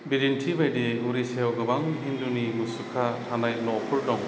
बिदिन्थि बायदियै उड़िसायाव गोबां हिन्दुनि मुसुखा थानाय न'फोर दं